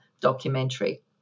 documentary